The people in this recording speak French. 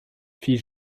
fit